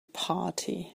party